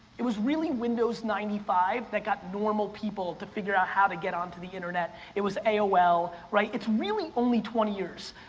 it was really windows ninety five that got normal people to figure out how to get onto the internet. it was aol, right, it's really only twenty years.